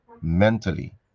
mentally